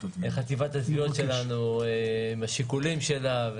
חטיבת התביעות שלנו מהשיקולים שלה.